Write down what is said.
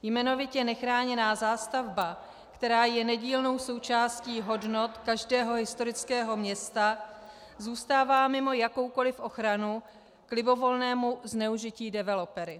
Jmenovitě nechráněná zástavba, která je nedílnou součástí hodnot každého historického města, zůstává mimo jakoukoliv ochranu k libovolnému zneužití developery.